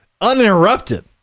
uninterrupted